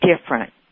different